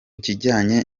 kijyanye